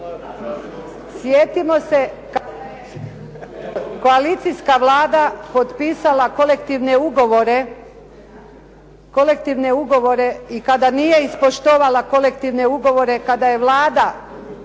čuje se./... koalicijska Vlada potpisala kolektivne ugovore i kada nije ispoštovala kolektivne ugovore, kada je Vlada